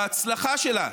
בהצלחה שלה,